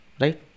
Right